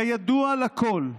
כידוע לכול,